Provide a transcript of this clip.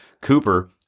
Cooper